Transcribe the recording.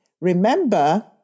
Remember